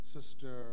Sister